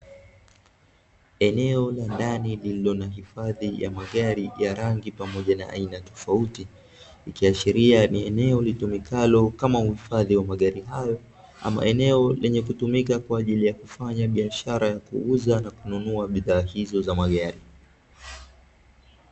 Eneo la ndani lililo na hifadhi ya magari ya rangi pamoja na aina tofauti, ikiashiria ni eneo litumikalo kama hifadhi ya magari hayo, ama eneo lenye kutumika kwa ajili ya kufanya biashara ya kuuza na kununua bidhaa hizo za magari.